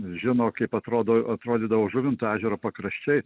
žino kaip atrodo atrodydavo žuvinto ežero pakraščiai